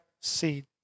seed